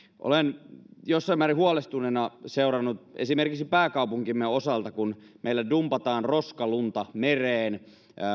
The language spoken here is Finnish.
olen jossain määrin huolestuneena seurannut esimerkiksi pääkaupunkimme osalta kuinka meillä dumpataan roskalunta mereen